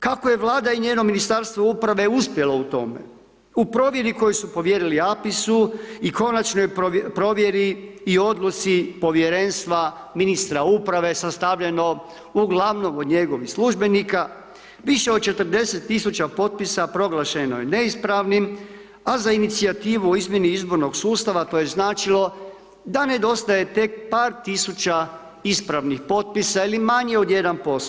Kako je Vlada i njeno Ministarstvo upravo uspjelo u tome, u provjeri koju su povjerili APIS-u i konačnoj provjeri i odluci povjerenstva ministra uprave sastavljeno uglavnom od njegovih službenika, više od 40 000 potpisa proglašeno je neispravnim, a za inicijativu o izmjeni izbornog sustava to je značilo da nedostaje tek par tisuća ispravnih potpisa ili manje od 1%